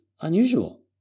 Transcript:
unusual